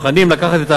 מוכנים לקחת את האחריות,